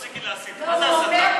מה זה הסתה?